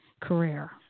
career